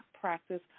practice